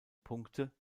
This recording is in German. punkte